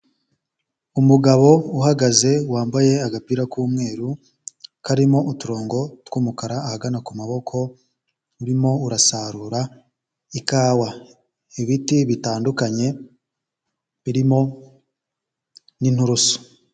Umugabo uhagaze wambaye agapira k'umweru, karimo uturongo tw'umukara ahagana ku maboko, urimo urasarura ikawa, ibiti bitandukanye birimo n'inturusu.